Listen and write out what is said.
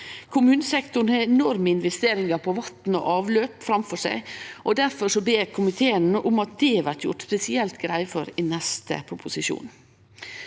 Kommunesektoren har enorme investeringar på vatn og avløp framfor seg. Difor ber komiteen om at det blir gjort spesielt greie for i neste proposisjon.